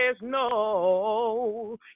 no